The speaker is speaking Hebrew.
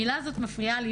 המילה הזאת מפריעה לי.